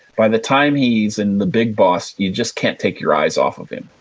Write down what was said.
by the time he's in the big boss, you just can't take your eyes off of him.